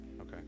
Okay